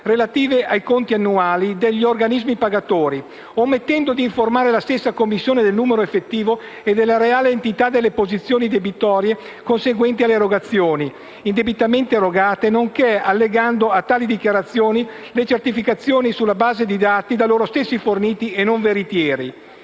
relative ai conti annuali degli organismi pagatori, omettendo di informare la stessa Commissione del numero effettivo e della reale entità delle posizioni debitorie conseguenti alle erogazioni indebitamente erogate nonché allegando a tali dichiarazioni le certificazioni sulla base di dati da loro stessi forniti e non veritieri».